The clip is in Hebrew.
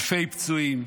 אלפי פצועים,